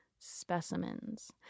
specimens